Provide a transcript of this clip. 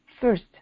first